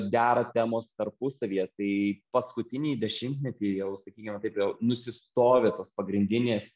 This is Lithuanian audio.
dera temos tarpusavyje tai paskutinįjį dešimtmetį jau sakykime taip nusistovi tos pagrindinės